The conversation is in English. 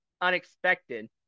unexpected